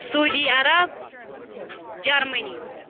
Saudi Arab Germany